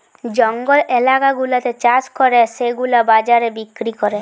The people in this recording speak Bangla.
জঙ্গল এলাকা গুলাতে চাষ করে সেগুলা বাজারে বিক্রি করে